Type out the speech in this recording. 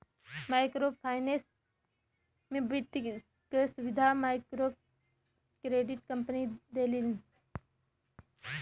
micro finance में वित्त क सुविधा मइक्रोक्रेडिट कम्पनी देलिन